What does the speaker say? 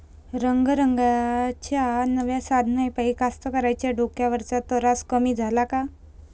रंगारंगाच्या नव्या साधनाइपाई कास्तकाराइच्या डोक्यावरचा तरास कमी झाला का?